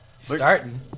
Starting